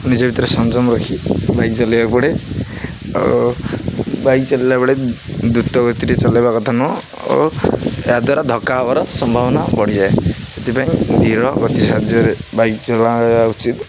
ନିଜ ଭିତରେ ସଂଞ୍ଜମ ରଖି ବାଇକ୍ ଚଲାଇବାକୁ ପଡ଼େ ଆଉ ବାଇକ୍ ଚଲାଇିଲା ବଳେ ଦ୍ରୁତ ଗତିରେ ଚଲାଇବା କଥା ନୁହଁ ଓ ଏହା ଦ୍ଵାରା ଧକ୍କା ହେବାର ସମ୍ଭାବନା ବଢ଼ିଯାଏ ସେଥିପାଇଁ ଧୀର ଗତି ସାହାଯ୍ୟରେ ବାଇକ୍ ଚଲାଇବା ଉଚିତ୍